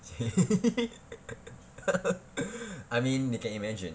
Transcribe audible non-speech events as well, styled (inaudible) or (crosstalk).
(laughs) I mean you can imagine